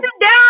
down